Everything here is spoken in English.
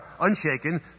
unshaken